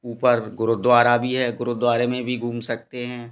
ऊपर गुरुद्वारा भी है गुरुद्वारे में भी घूम सकते हैं